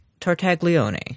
Tartaglione